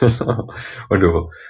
Wonderful